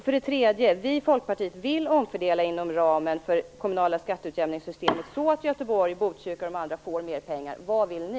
För det tredje vill vi i Folkpartiet omfördela inom ramen för det kommunala skatteutjämningssystemet så att Göteborg, Botkyrka och andra kommuner får mera pengar. Vad vill ni?